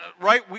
right